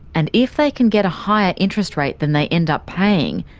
and if they can get a higher interest rate than they end up paying,